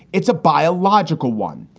it's a biological one.